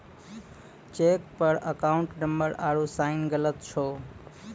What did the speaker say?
cheque पर account number आरू sign गलत छौ